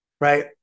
Right